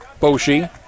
Boshi